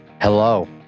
Hello